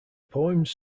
poems